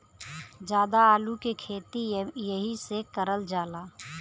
जादा आलू के खेती एहि से करल जाला